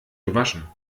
gewaschen